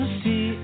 see